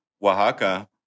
Oaxaca